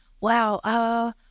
Wow